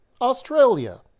Australia